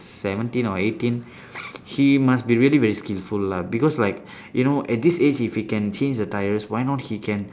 seventeen or eighteen he must be really very skillful lah because like you know at this age if he can change the tyres why not he can